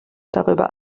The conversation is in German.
darüber